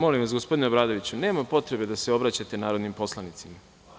Molim vas, gospodine Obradoviću, nema potrebe da se obraćate narodnim poslanicima.